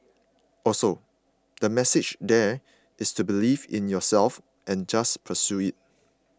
also the message there is to believe in yourself and just pursue it